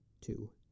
two